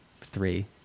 three